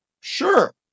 Sure